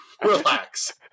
Relax